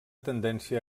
tendència